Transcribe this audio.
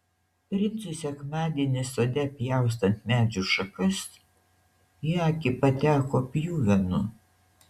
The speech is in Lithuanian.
princui sekmadienį sode pjaustant medžių šakas į akį pateko pjuvenų